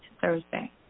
Thursday